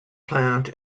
plant